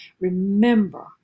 Remember